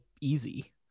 easy